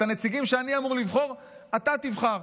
את הנציגים שאני אמור לבחור אתה תבחר.